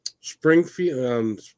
Springfield